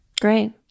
Great